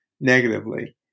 negatively